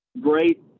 great